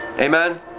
Amen